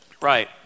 Right